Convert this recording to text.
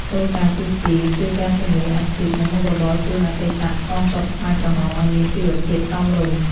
គោលការណ៍ទីពីរ គឺការធានាអាជីព និងមុខរបរជូនអតីតកងទ័ពខ្មែរក្រហមឱ្យមានជីវភាពសមរម្យ។